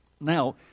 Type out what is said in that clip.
Now